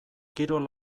kirol